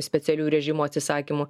specialių režimo atsisakymų